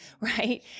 right